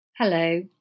Hello